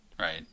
right